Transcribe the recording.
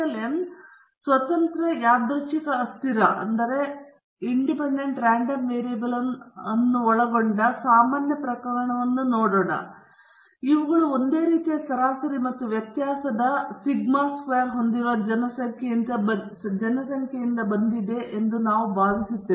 N ಸ್ವತಂತ್ರ ಯಾದೃಚ್ಛಿಕ ಅಸ್ಥಿರಗಳನ್ನು ಒಳಗೊಂಡ ಸಾಮಾನ್ಯ ಪ್ರಕರಣವನ್ನು ನಾವು ನೋಡೋಣ ಮತ್ತು ಇವುಗಳು ಒಂದೇ ರೀತಿಯ ಸರಾಸರಿ ಮತ್ತು ವ್ಯತ್ಯಾಸದ ಸಿಗ್ಮಾ ಚದರ ಹೊಂದಿರುವ ಜನಸಂಖ್ಯೆಯಿಂದ ಬಂದಿವೆ ಎಂದು ನಾವು ಭಾವಿಸುತ್ತೇವೆ